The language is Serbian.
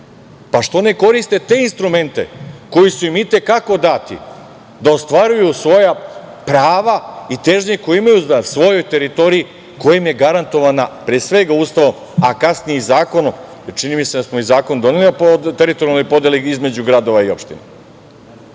Pa što ne koriste te instrumente koji su im itekako dati da ostvaruju svoja prava i težnje koje imaju na svojoj teritoriji, koja im je garantovana, pre svega, Ustavnom, a kasnije i zakonom. Čini mi se da smo i zakon doneli po teritorijalnoj podeli između gradova i opština. Zato